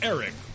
Eric